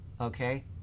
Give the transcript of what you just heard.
Okay